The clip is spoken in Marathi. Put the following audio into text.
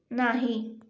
नाही